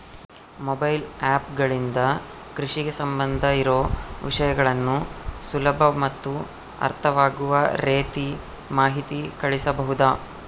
Mobile app ಗಳಿಂದ ಕೃಷಿಗೆ ಸಂಬಂಧ ಇರೊ ವಿಷಯಗಳನ್ನು ಸುಲಭ ಮತ್ತು ಅರ್ಥವಾಗುವ ರೇತಿ ಮಾಹಿತಿ ಕಳಿಸಬಹುದಾ?